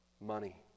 money